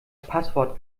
passwort